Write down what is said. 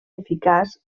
eficaç